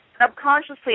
subconsciously